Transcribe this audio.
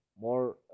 more